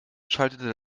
schaltete